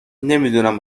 نمیدونم